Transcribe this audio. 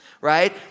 right